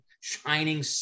shining